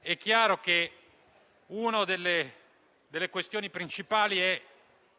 è chiaro che una delle questioni principali